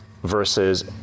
versus